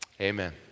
amen